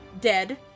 dead